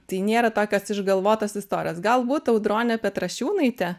tai nėra tokios išgalvotos istorijos galbūt audronė petrašiūnaitė